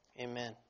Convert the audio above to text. Amen